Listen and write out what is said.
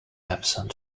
absent